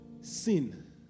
sin